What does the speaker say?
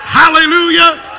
hallelujah